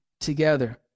together